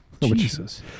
Jesus